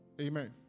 Amen